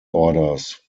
orders